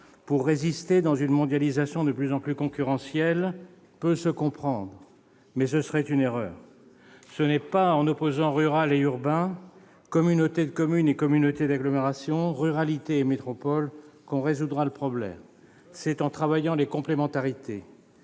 et résister dans une mondialisation de plus en plus concurrentielle peut se comprendre ; mais y céder serait une erreur. Ce n'est pas en opposant rural et urbain, communautés de communes et communautés d'agglomération, ruralité et métropoles, qu'on résoudra le problème. C'est en travaillant les complémentarités.